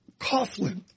Coughlin